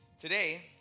Today